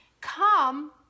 come